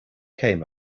came